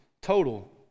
total